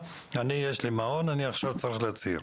יש לי מעון, אני עכשיו צריך להצהיר.